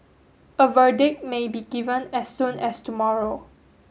a verdict may be given as soon as tomorrow